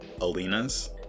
Alina's